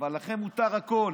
אבל לכם מותר הכול.